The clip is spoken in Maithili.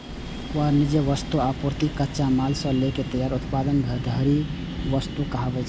वाणिज्यिक वस्तु, आपूर्ति, कच्चा माल सं लए के तैयार उत्पाद धरि वस्तु कहाबै छै